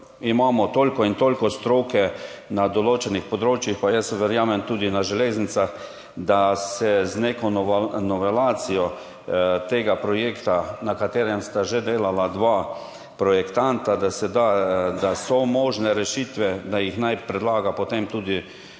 imamo toliko in toliko stroke na določenih področjih, jaz verjamem, da tudi na železnicah, da se z neko novelacijo tega projekta, na katerem sta že delala dva projektanta, da so možne rešitve, da naj jih predlaga potem tudi